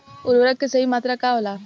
उर्वरक के सही मात्रा का होला?